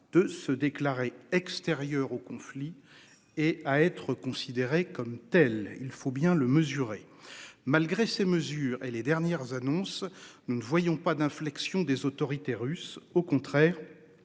de se déclarer extérieurs au conflit et à être. Comme telle, il faut bien le mesurer. Malgré ces mesures et les dernières annonces. Nous ne voyons pas d'inflexion des autorités russes. Au contraire.